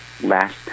last